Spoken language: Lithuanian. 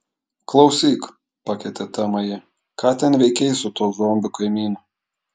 klausyk pakeitė temą ji ką ten veikei su tuo zombiu kaimynu